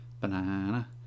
banana